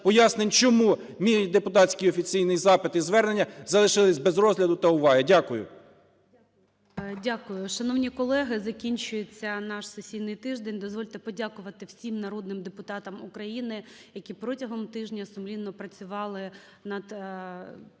пояснень, чому мій депутатський офіційний запит і звернення залишилися без розгляду та уваги. Дякую. 13:37:05 ГОЛОВУЮЧИЙ. Дякую. Шановні колеги, закінчується наш сесійний тиждень, дозвольте подякувати всім народним депутатам України, які протягом тижня сумлінно працювали над